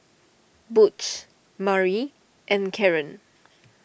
Butch Mari and Caren